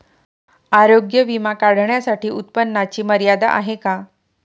आरोग्य विमा काढण्यासाठी उत्पन्नाची मर्यादा आहे का?